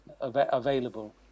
available